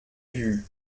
vue